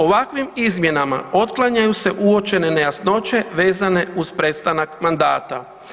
Ovakvim izmjenama otklanjaju se uočene nejasnoće vezane uz prestanak mandata.